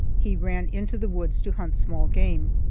he ran into the woods to hunt small game.